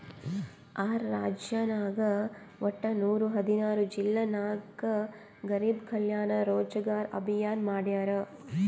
R ರಾಜ್ಯನಾಗ್ ವಟ್ಟ ನೂರಾ ಹದಿನಾರ್ ಜಿಲ್ಲಾ ನಾಗ್ ಗರಿಬ್ ಕಲ್ಯಾಣ ರೋಜಗಾರ್ ಅಭಿಯಾನ್ ಮಾಡ್ಯಾರ್